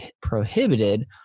prohibited